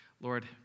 Lord